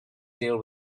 deal